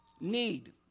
need